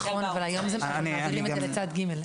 נכון אבל היום מעבירים את זה לצד ג'.